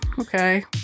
Okay